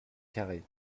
carré